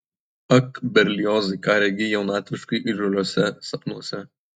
ak berliozai ką regi jaunatviškai įžūliuose sapnuose